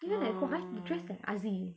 இல்லல்ல இப்போ:illalla ippo I have to dress that I see